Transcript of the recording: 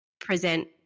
present